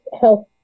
health